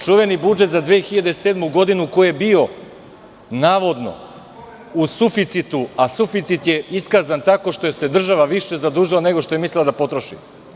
Čuveni budžet za 2007. godinu koji je bio navodno u suficitu, a suficit je iskazan tako što se država više zadužila nego što je mislila da potroši.